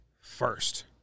First